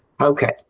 Okay